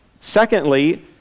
Secondly